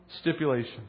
stipulation